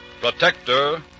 Protector